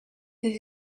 his